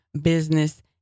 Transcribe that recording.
business